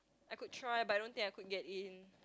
I could try but I don't think I could get in